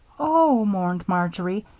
oh, mourned marjory,